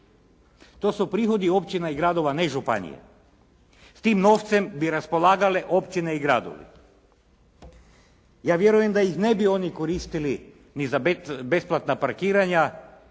To su prihodi općina i gradova ne županije. S tim novcem bi raspolagale općine i gradovi. Ja vjerujem da ih ne bi oni koristili ni za besplatna parkiranja,